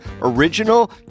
original